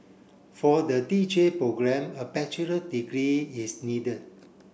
for the D J programme a bachelor degree is needed